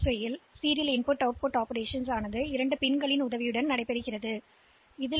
8085 இல் இந்த தொடர் உள்ளீட்டு வெளியீட்டு செயல்பாடு 2 பின்களால் செய்யப்படுகின்றன